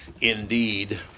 Indeed